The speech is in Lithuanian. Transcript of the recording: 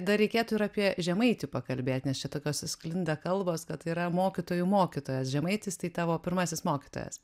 dar reikėtų ir apie žemaitį pakalbėt nes šitokios sklinda kalbos kad yra mokytojų mokytojas žemaitis tai tavo pirmasis mokytojas